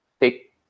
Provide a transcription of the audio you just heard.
take